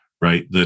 right